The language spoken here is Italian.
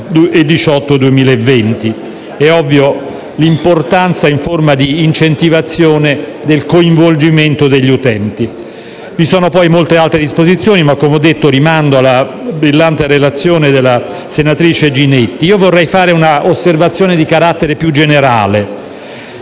È ovvia l'importanza, con la forma dell'incentivazione, del coinvolgimento degli utenti. Vi sono poi molto altre disposizioni, ma come ho detto rimando alla brillante relazione della senatrice Ginetti. Io vorrei fare un'osservazione di carattere più generale: